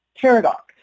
paradox